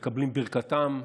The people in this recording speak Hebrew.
מקבלים ברכתם,